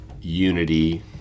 unity